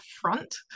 front